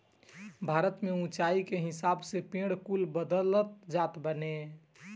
भारत में उच्चाई के हिसाब से पेड़ कुल बदलत जात बाने